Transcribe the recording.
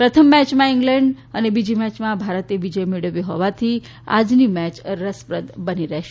પ્રથમ મેયમાં ઇંગ્લેન્ડે અને બીજી મેયમાં ભારતે વિજય મેળવ્યો હોવાથી આજની મેય રસપ્રદ બની રહેશે